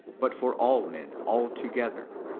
but for all men altogether,